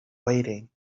waiting